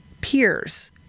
peers